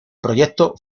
proyecto